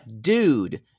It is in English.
dude